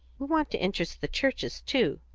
we want to interest the churches, too.